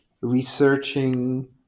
researching